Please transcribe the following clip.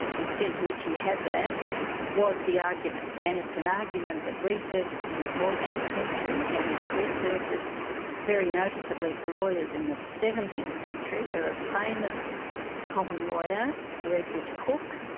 the extent to which he had that was the argument. and it's an argument that resurfaced in the fourteenth century and it resurfaced very noticeably for lawyers in the seventeenth century where a famous common lawyer, sir edward coke,